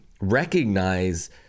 recognize